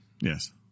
Yes